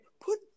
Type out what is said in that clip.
put –